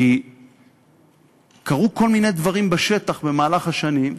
כי קרו כל מיני דברים בשטח במהלך השנים,